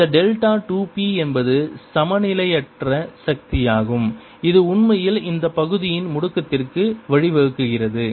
இந்த delta 2 p என்பது சமநிலையற்ற சக்தியாகும் இது உண்மையில் இந்த பகுதியின் முடுக்கத்திற்கு வழிவகுக்கிறது